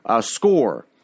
score